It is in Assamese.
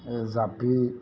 এই জাপি